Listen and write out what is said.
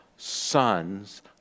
sons